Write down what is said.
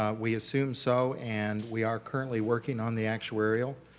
ah we assume so and we are currently working on the actuarial